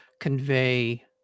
convey